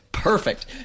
Perfect